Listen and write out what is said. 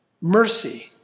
mercy